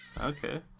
Okay